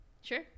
sure